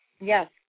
yes